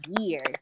years